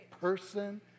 person